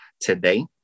today